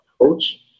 approach